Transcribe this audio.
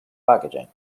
packaging